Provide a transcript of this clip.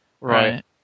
right